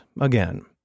again